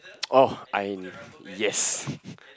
oh I yes